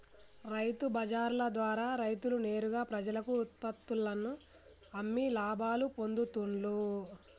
రైతు బజార్ల ద్వారా రైతులు నేరుగా ప్రజలకు ఉత్పత్తుల్లను అమ్మి లాభాలు పొందుతూండ్లు